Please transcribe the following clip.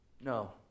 No